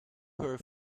her